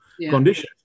conditions